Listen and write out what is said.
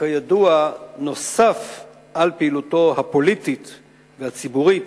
שכידוע נוסף על פעילותו הפוליטית והציבורית,